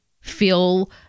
feel